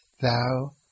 thou